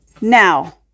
Now